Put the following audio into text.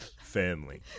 family